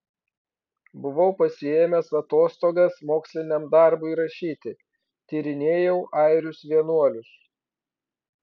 buvau pasiėmęs atostogas moksliniam darbui rašyti tyrinėjau airius vienuolius